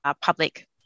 public